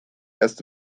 erst